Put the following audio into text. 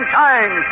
time